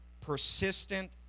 persistent